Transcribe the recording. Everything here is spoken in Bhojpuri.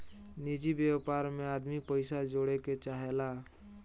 निजि व्यापार मे आदमी पइसा जोड़े के चाहेला